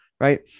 right